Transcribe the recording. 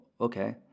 Okay